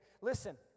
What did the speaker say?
listen